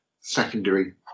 secondary